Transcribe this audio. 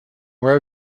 where